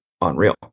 unreal